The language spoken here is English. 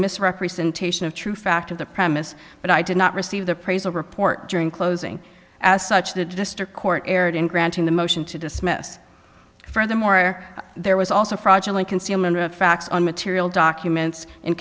misrepresentation of true fact of the premise but i did not receive the praise or report during closing as such the district court erred in granting the motion to dismiss furthermore there was also fraudulent concealment of facts on material documents